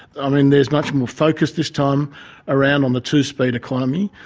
i mean, there's much more focus this time around on the two-speed economy,